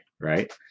right